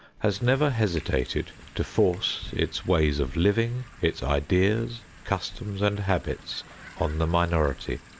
has never hesitated to force its ways of living, its ideas, customs and habits on the minority.